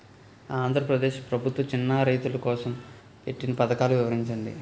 ఆంధ్రప్రదేశ్ ప్రభుత్వ చిన్నా రైతుల కోసం పెట్టిన పథకాలు వివరించండి?